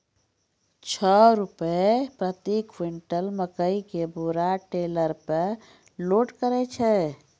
छह रु प्रति क्विंटल मकई के बोरा टेलर पे लोड करे छैय?